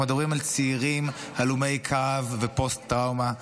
אנחנו מדברים על צעירים הלומי קרב ופוסט-טראומה,